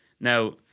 Now